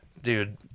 dude